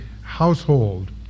household